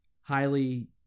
highly